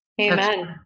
Amen